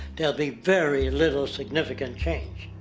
there will be very little significant change.